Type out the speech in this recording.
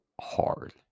hard